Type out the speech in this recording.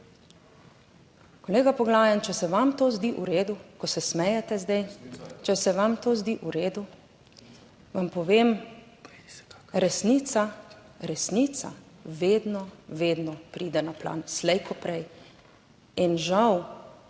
Kolega Poglajen, če se vam to zdi v redu, ko se smejete, zdaj, če se vam to zdi v redu, vam povem, resnica, resnica vedno, vedno pride na plan, slej ko prej in žal